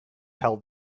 tell